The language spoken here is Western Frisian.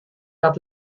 dat